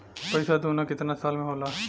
पैसा दूना कितना साल मे होला?